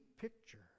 picture